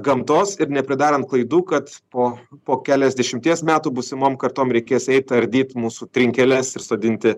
gamtos ir nepridarant klaidų kad po po keliasdešimties metų būsimom kartom reikės eit ardyt mūsų trinkeles ir sodinti